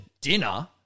dinner